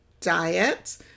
diet